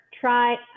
try